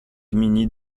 gminy